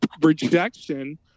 rejection